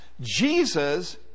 Jesus